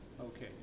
Okay